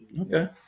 okay